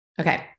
Okay